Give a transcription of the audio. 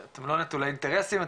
אתם לא נטולי אינטרסים.